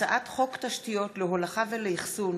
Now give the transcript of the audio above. הצעת חוק תשתיות להולכה ולאחסון